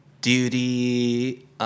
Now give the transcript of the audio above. Duty